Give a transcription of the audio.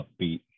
upbeat